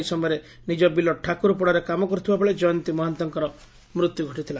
ଏହି ସମୟରେ ନିଜ ବିଲ ଠାକୁରପଡାରେ କାମ କରୁଥିବା ବେଳେ ଜୟନ୍ତୀ ମହାନ୍ତଙ୍କ ମୃତ୍ୟୁ ଘଟିଥିଲା